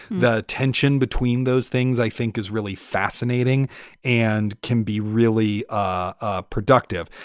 the tension between those things i think is really fascinating and can be really ah productive.